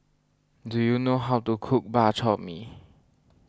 do you know how to cook Bak Chor Mee